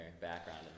background